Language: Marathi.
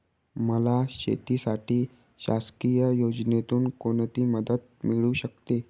मला शेतीसाठी शासकीय योजनेतून कोणतीमदत मिळू शकते?